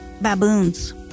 baboons